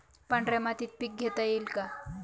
पांढऱ्या मातीत पीक घेता येईल का?